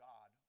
God